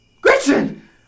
Gretchen